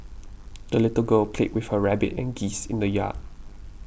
the little girl played with her rabbit and geese in the yard